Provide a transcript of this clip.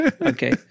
Okay